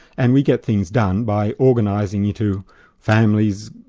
and we get things done by organising you to families,